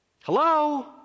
Hello